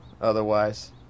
otherwise